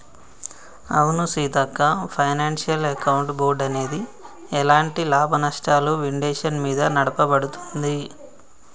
అవును Seethakka financial account board అనేది ఎలాంటి లాభనష్టాలు విండేషన్ మీద నడపబడుతుంది